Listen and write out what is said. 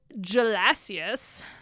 Gelasius